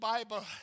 Bible